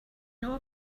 know